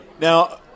Now